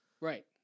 right